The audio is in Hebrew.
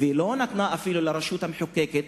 והיא לא נתנה אפילו לרשות המחוקקת,